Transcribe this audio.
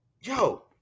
Yo